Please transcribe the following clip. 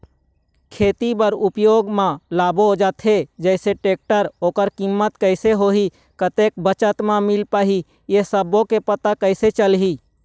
खेती बर उपयोग मा लाबो जाथे जैसे टेक्टर ओकर कीमत कैसे होही कतेक बचत मा मिल पाही ये सब्बो के पता कैसे चलही?